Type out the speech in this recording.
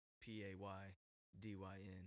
p-a-y-d-y-n